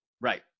right